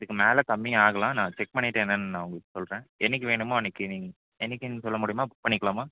இதுக்கு மேலே கம்மி ஆகலாம் நான் செக் பண்ணிட்டு என்னன்னு நான் உங்களுக்கு சொல்கிறேன் என்னைக்கு வேணுமோ அன்னைக்கு நீங்கள் என்னைக்குன்னு சொல்ல முடியுமா புக் பண்ணிக்கலாமா